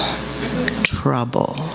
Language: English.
trouble